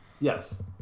yes